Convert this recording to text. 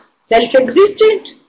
Self-existent